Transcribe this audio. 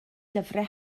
lyfrau